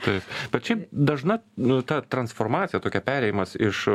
taip bet šiaip dažna nu ta transformacija tokia perėjimas iš